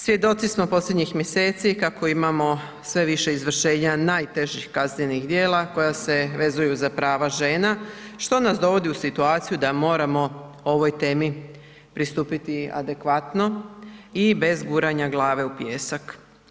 Svjedoci smo posljednjih mjeseci kako imamo sve više izvršenja najtežih kaznenih djela koja se vezuju za prava žena što nas dovodi u situaciju da moramo ovoj temi pristupiti adekvatno i bez guranja glave u pijesak.